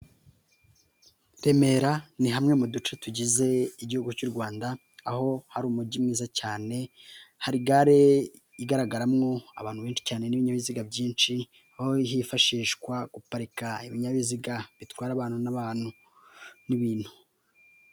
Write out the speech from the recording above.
Remera ni hamwe mu duce tugize igihugu cy'u Rwanda, aho hari umujyi mwiza cyane, hari gare igaragaramwo abantu benshi cyane n'ibibinyabiziga byinshi, aho hifashishwa guparika ibinyabiziga bitwara abantu n'abantu n'ibintu.